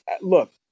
Look